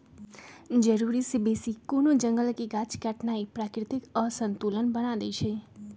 जरूरी से बेशी कोनो जंगल के गाछ काटनाइ प्राकृतिक असंतुलन बना देइछइ